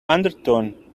undertone